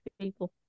people